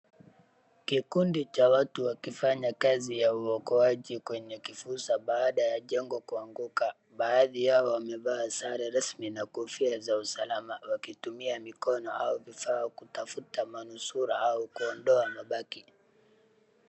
Kikundi cha watu wakifanya kazi ya uokoaji kwenye kifusa baada ya jengo kuanguka. Badhi yao wamevaa sare rasmi na kofia za usalama wakitumia mikono au vifaa kutafuta manusura au kuondoa mabaki.